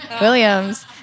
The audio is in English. Williams